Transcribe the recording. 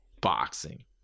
boxing